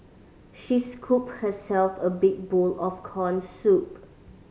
she scooped herself a big bowl of corn soup